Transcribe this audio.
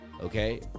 okay